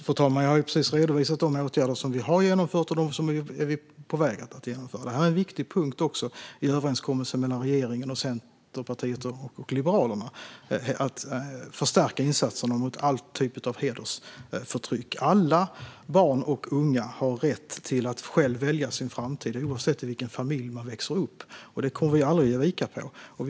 Fru talman! Jag har ju precis redovisat de åtgärder som vi har genomfört och de åtgärder som vi är på väg att genomföra. Detta är också en viktig punkt i överenskommelsen mellan regeringen och Centerpartiet och Liberalerna - att förstärka insatserna mot alla typer av hedersförtryck. Alla barn och unga har rätt att själva välja sin framtid, oavsett i vilken familj man växer upp. Där kommer vi aldrig att ge vika.